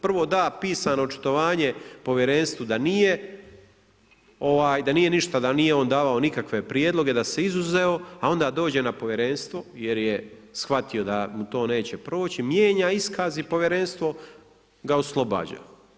Prvo da pisano očitovanje povjerenstvu da nije ništa, da nije on davao nikakve prijedloge, da se izuzeo, a onda dođe na povjerenstvo jer je shvatio da mu to neće proći, mijenja iskaz i povjerenstvo ga oslobađa.